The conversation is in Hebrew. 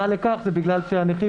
גמלה בעד ילד נכה